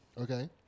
Okay